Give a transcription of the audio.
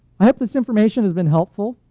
i hope this information has been helpful.